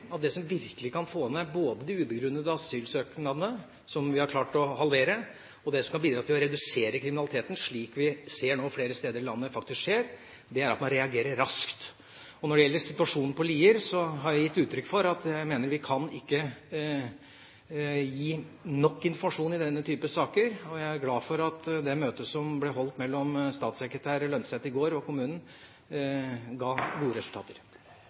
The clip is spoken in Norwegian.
at det som virkelig kan både få ned antallet ubegrunnede asylsøknader, som vi har klart å halvere, og bidra til å redusere kriminaliteten, slik vi nå ser faktisk skjer flere steder i landet, er at man reagerer raskt. Når det gjelder situasjonen i Lier, har jeg gitt uttrykk for at jeg mener at vi ikke kan gi nok informasjon i denne type saker, og jeg er glad for at det møtet som ble holdt mellom statssekretær Lønseth og kommunen i går, ga gode resultater.